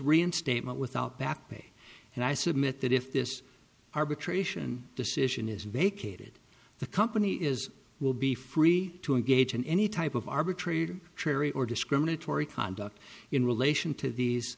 reinstatement without backpay and i submit that if this arbitration decision is vacated the company is will be free to engage in any type of arbitrator ceri or discriminatory conduct in relation to these